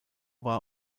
wahr